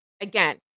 again